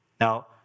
Now